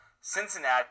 Cincinnati